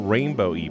Rainbow